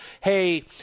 hey